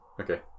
Okay